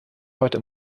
heute